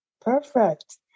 Perfect